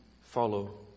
follow